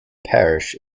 parish